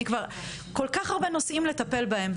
אני כבר כל כך הרבה נושאים לטפל בהם.